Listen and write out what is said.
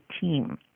team